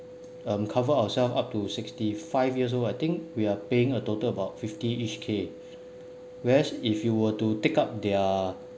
um cover ourselves up to sixty five years old I think we're paying a total about fifty-ish K whereas if you were to take up their